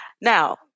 Now